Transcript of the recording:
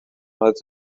was